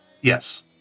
Yes